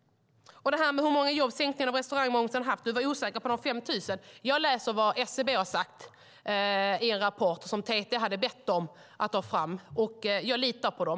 Pyry Niemi var osäker på de 5 000 jobb som sänkningen av restaurangmomsen har skapat. Jag läser vad SCB har sagt i en rapport som TT hade bett dem ta fram, och jag litar på dem.